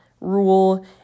rule